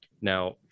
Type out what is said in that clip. Now